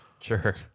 Sure